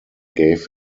gave